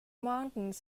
mountains